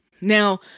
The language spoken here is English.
Now